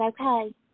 Okay